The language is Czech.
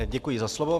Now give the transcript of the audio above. Děkuji za slovo.